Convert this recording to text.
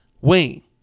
Wayne